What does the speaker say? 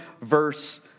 verse